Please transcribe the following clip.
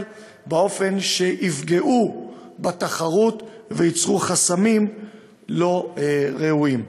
באופן שיפגעו בתחרות וייצרו חסמים לא ראויים.